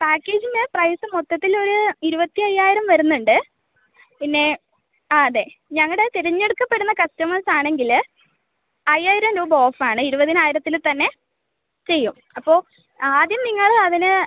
പാക്കേജിന് പ്രൈസ് മൊത്തത്തിൽ ഒരു ഇരുപത്തി അയ്യായിരം വരുന്നുണ്ട് പിന്നെ ആ അതെ ഞങ്ങളുടെ തിരഞ്ഞെടുക്കപ്പെടുന്ന കസ്റ്റമേഴ്സ് ആണെങ്കിൽ അയ്യായിരം രൂപ ഓഫാണ് ഇരുപതിനായിരത്തിൽ തന്നെ ചെയ്യും അപ്പോൾ ആദ്യം നിങ്ങൾ അതിന്